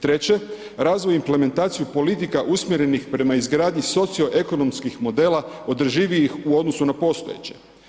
Treće, razvoj implementacije politika usmjerenih prema izgradnji socio-ekonomskih modela održivijih u odnosu na postojeće.